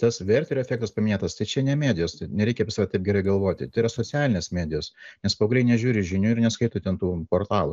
tas verterio efektas paminėtas tai čia ne medijos nereikia apie save taip gerai galvoti tai yra socialinės medijos nes paaugliai nežiūri žinių ir neskaito ten tų portalų